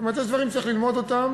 זאת אומרת, יש דברים שצריך ללמוד אותם,